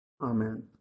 Amen